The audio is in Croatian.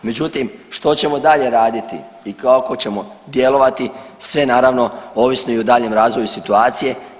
Međutim, što ćemo dalje raditi i kako ćemo djelovati sve naravno ovisi i o daljnjem razvoju situacije.